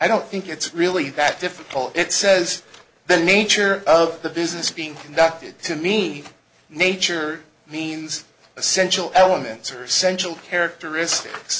i don't think it's really that difficult it says the nature of the business being conducted to me nature means essential elements are essential characteristics